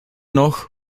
noch